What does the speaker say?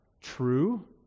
true